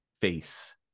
Face